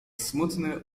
smutny